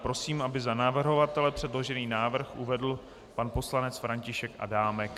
Prosím, aby za navrhovatele předložený návrh uvedl pan poslanec František Adámek.